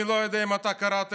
אני לא יודע אם אתה קראת,